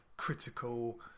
Critical